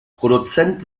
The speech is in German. produzent